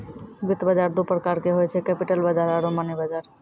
वित्त बजार दु प्रकारो के होय छै, कैपिटल बजार आरु मनी बजार